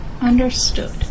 Understood